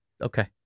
Okay